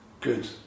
good